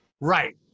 right